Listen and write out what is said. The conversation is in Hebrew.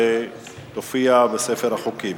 ותופיע בספר החוקים.